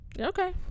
Okay